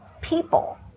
people